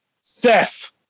Seth